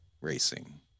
racing